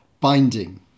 binding